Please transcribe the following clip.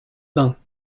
bains